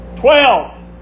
Twelve